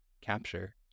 Capture